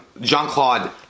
Jean-Claude